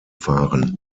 fahren